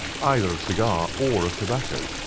either of cigar or of tobacco.